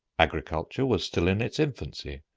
agriculture was still in its infancy,